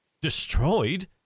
destroyed